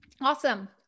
Awesome